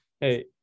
Hey